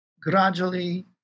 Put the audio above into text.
gradually